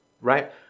right